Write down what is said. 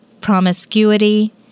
promiscuity